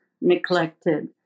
neglected